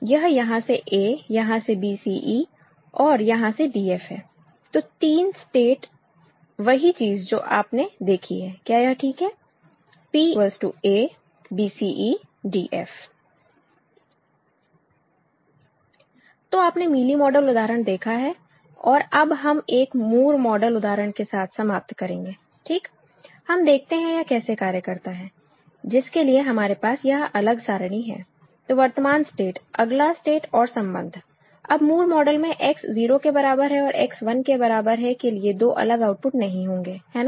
यह यहां से a यहां से b c e और यहां से d f है तो 3 स्टेट वही चीज जो आपने देखी है क्या यह ठीक है P तो आपने मीली मॉडल उदाहरण देखा है और अब हम एक मूर मॉडल उदाहरण के साथ समाप्त करेंगे ठीक हम देखते हैं यह कैसे कार्य करता है जिसके लिए हमारे पास यह अलग सारणी है तो वर्तमान स्टेट अगला स्टेट और संबंध अब मूर मॉडल में X 0 के बराबर है और X 1 के बराबर है के लिए दो अलग आउटपुट नहीं होंगे है ना